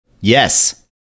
Yes